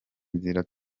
inzira